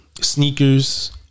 sneakers